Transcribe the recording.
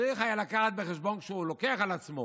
צריך היה לקחת בחשבון שכשהוא לוקח על עצמו